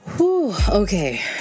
Okay